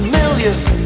millions